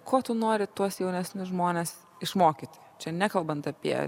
ko tu nori tuos jaunesnius žmones išmokyti čia nekalbant apie